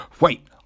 wait